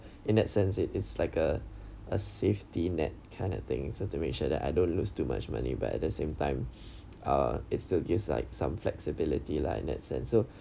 in that sense it it's like a a safety net kind of thing so to make sure that I don't lose too much money but at the same time uh it's still gives like some flexibility lah in that sense so